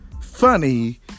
funny